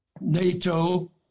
NATO